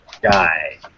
guy